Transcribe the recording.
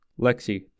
Lexi